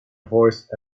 voice